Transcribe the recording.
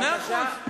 בבקשה.